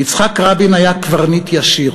יצחק רבין היה קברניט ישיר,